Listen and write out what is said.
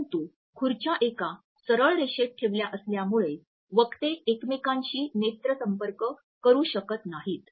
परंतु खुर्च्या एका सरळ रेषेत ठेवल्या असल्यामुळे वक्ते एकमेकांशी नेत्र संपर्क शकत नाहीत